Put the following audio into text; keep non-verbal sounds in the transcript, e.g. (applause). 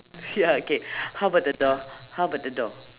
ya (breath) okay how about the door how about the door